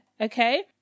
okay